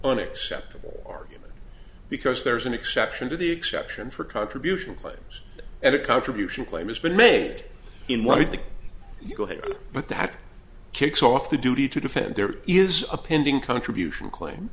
unacceptable argument because there is an exception to the exception for contribution claims and a contribution claim has been made in what the go ahead but that kicks off the duty to defend there is a pending contribution claim